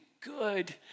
good